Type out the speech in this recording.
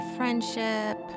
friendship